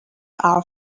our